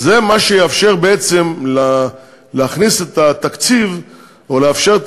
זה מה שיאפשר להכניס את התקציב או לאפשר את